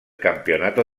campeonato